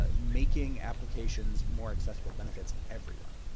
ah making applications more accessible benefits everyone.